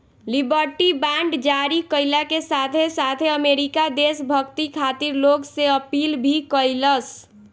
liberty bond जारी कईला के साथे साथे अमेरिका देशभक्ति खातिर लोग से अपील भी कईलस